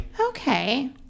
Okay